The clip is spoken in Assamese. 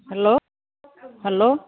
hello hello